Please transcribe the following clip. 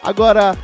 Agora